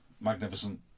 magnificent